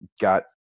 got